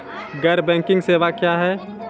गैर बैंकिंग सेवा क्या हैं?